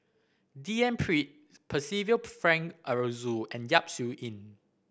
D N Pritt Percival Frank Aroozoo and Yap Su Yin